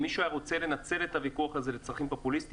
אם מישהו היה רוצה לנצל את הוויכוח הזה לצרכים פופוליסטיים,